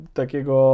takiego